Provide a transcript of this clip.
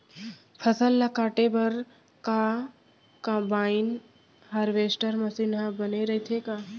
फसल ल काटे बर का कंबाइन हारवेस्टर मशीन ह बने रइथे का?